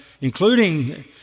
including